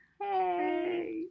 Hey